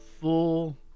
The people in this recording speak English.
full